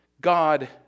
God